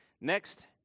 Next